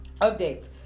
Updates